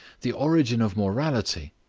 the origin of morality.